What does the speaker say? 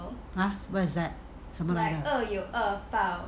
!huh! what's that 什么来的